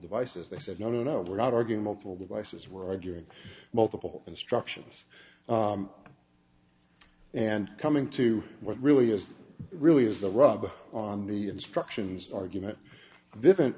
devices they said no no we're not arguing multiple devices were arguing multiple instructions and coming to what really is really is the rub on the instructions argument vivan